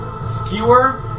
Skewer